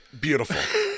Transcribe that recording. Beautiful